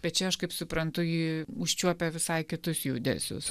bet čia aš kaip suprantu ji užčiuopia visai kitus judesius